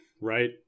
right